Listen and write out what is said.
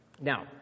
Now